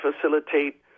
facilitate